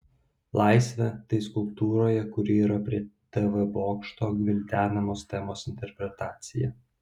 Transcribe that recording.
laisvė tai skulptūroje kuri yra prie tv bokšto gvildenamos temos interpretacija